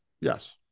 Yes